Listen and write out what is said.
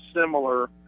similar